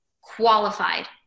qualified